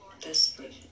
desperate